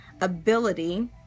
ability